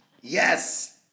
Yes